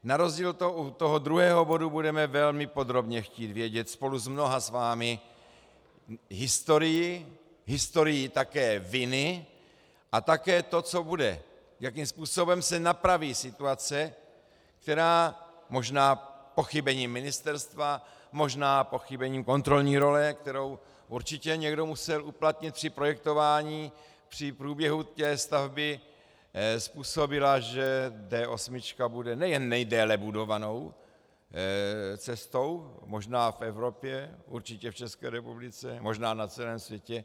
Na rozdíl u toho druhého bodu budeme velmi podrobně chtít vědět spolu s mnoha vámi historii, historii také viny a také to, co bude, jakým způsobem se napraví situace, která možná pochybením ministerstva, možná pochybením kontrolní role, kterou určitě někdo musel uplatnit při projektování, při průběhu té stavby, způsobila, že D8 bude nejen nejdéle budovanou cestou možná v Evropě, určitě v ČR, možná na celém světě.